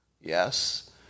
Yes